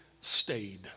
stayed